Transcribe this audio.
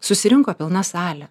susirinko pilna salė